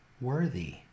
worthy